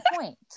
point